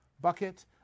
bucket